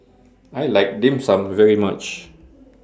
I like Dim Sum very much